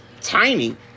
tiny